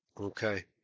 Okay